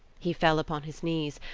he fell upon his knees,